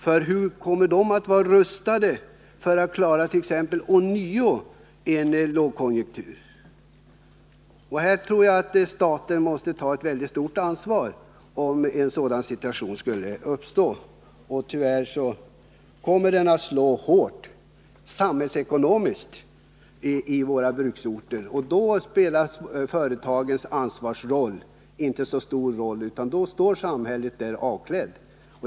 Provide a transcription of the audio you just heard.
Kommer handelsstålsföretagen att vara rustade att klarat.ex. en nylågkonjunktur? Om en sådan situation skulle uppstå tror jag att staten måste ta ett väldigt stort ansvar. Tyvärr kommer den att slå hårt samhällsekonomiskt i våra bruksorter, och då spelar företagens ansvar inte så stor roll — då står samhället där avklätt.